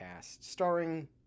starring